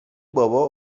بابا